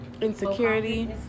Insecurity